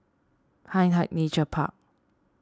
Hindhede Nature Park